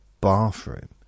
bathroom